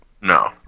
No